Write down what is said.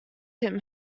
him